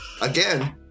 again